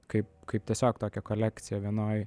kaip kaip tiesiog tokią kolekciją vienoj